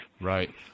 Right